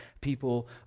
people